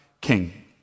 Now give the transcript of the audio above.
king